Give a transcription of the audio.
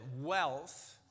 wealth